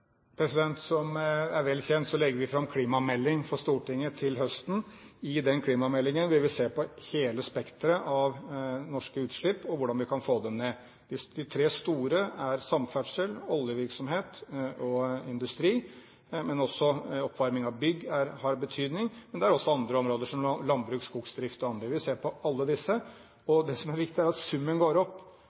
Som er vel kjent, legger vi fram en klimamelding for Stortinget til høsten. I den klimameldingen vil vi se på hele spekteret av norske utslipp og hvordan vi kan få dem ned. De tre store er samferdsel, oljevirksomhet og industri, men også oppvarming av bygg har betydning. Men det er også andre områder som landbruk, skogsdrift og andre. Vi vil se på alle disse. Det som er viktig, er at summen går opp.